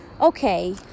Okay